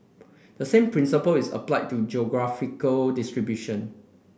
the same principle is applied to geographical distribution